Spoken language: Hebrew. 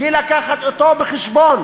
בלי להביא אותו בחשבון,